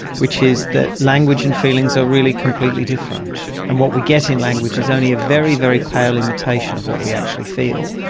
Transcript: which is that language and feelings are really completely different, and what we get in language is only a very, very pale imitation of what we actually feel,